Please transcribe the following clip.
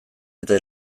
eta